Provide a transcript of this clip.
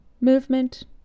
movement